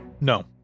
No